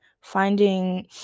finding